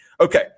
Okay